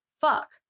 fuck